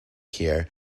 here